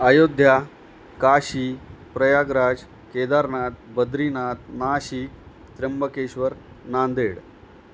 Ayodhya Kashi Prayagraj Kedarnath Badrinath Nashik Trimbakeshwar Nanded